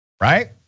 right